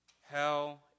Hell